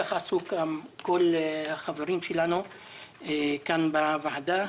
כפי שעשו גם כל החברים שלנו כאן בוועדה.